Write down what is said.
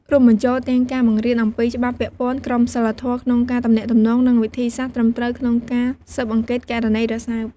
រួមបញ្ចូលទាំងការបង្រៀនអំពីច្បាប់ពាក់ព័ន្ធ ក្រមសីលធម៌ក្នុងការទំនាក់ទំនង និងវិធីសាស្រ្តត្រឹមត្រូវក្នុងការស៊ើបអង្កេតករណីរសើប។